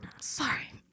sorry